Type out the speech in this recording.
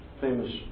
famous